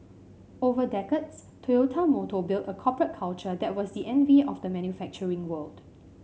over decades Toyota Motor built a corporate culture that was the envy of the manufacturing world